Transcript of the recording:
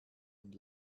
und